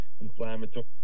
inflammatory